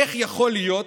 איך יכול להיות